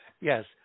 Yes